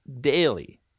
daily